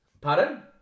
Pardon